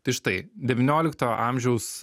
tai štai devyniolikto amžiaus